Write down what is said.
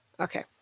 Okay